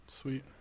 Sweet